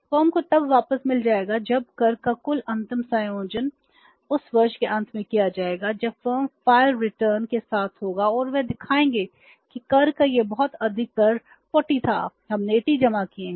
firm को तब वापस मिल जाएगा जब कर का कुल अंतिम समायोजन उस वर्ष के अंत में किया जाएगा जब फॉर्म के साथ होगा और वे दिखाएंगे कि कर का यह बहुत अधिक कर 40 था हमने 80 जमा किए हैं